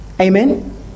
amen